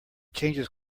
changes